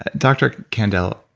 ah dr. kandel,